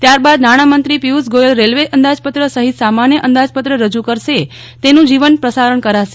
ત્યારબાદ નાણામંત્રી પિયુષ ગોયલ રેલવે અંદાજપત્ર સહિત સામાન્ય અંદાજપત્ર રજુ કરશે તેનું જીવન પ્રસારણ કરાશે